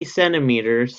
centimeters